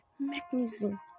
mechanism